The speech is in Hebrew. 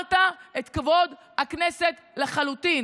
גמרת את כבוד הכנסת לחלוטין.